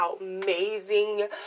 amazing